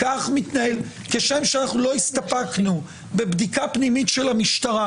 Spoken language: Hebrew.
כשם שאנחנו לא הסתפקנו בבדיקה פנימית של המשטרה